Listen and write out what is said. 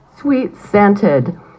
sweet-scented